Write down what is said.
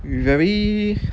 you very